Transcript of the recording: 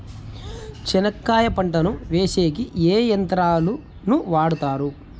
చెనక్కాయ పంటను వేసేకి ఏ యంత్రాలు ను వాడుతారు?